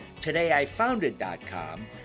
todayifounded.com